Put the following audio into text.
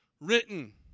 written